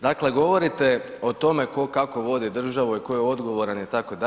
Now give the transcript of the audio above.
Dakle, govorite o tome tko kako vodi državu i tko je odgovoran itd.